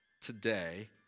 today